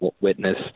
witness